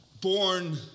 born